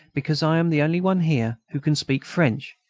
because i am the only one here who can speak french.